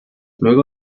luego